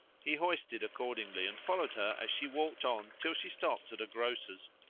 he hoisted accordingly, and followed her as she walked on till she stopped at a grocer's,